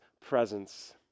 presence